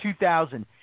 2000